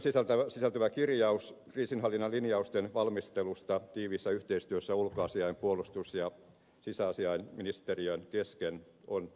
mietintöön sisältyvä kirjaus kriisinhallinnan linjausten valmistelusta tiiviissä yhteistyössä ulkoasiain puolustus ja sisäasiainministeriön kesken on paikallaan